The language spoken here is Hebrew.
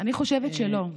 אני חושבת שלא.